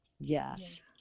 Yes